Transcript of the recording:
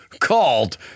called